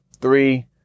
three